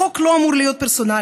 החוק לא אמור להיות פרסונלי.